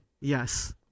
Yes